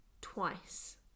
twice